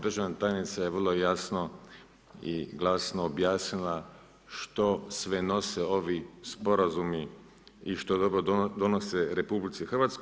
Država tajnica je vrlo jasno i glasno objasnila što sve nose ovi sporazumi i što dobro donese RH.